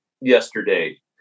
yesterday